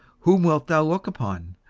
whom wilt thou look upon?